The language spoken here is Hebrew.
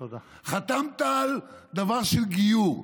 חתמת על דבר של גיור,